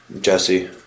Jesse